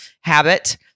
habit